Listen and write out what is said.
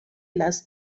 las